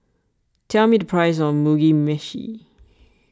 tell me the price of Mugi Meshi